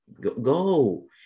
Go